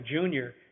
junior